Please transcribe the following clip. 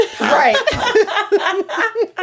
right